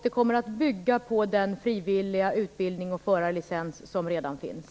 Det kommer att bygga på den frivilliga utbildning och den förarlicens som redan finns.